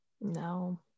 no